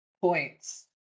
points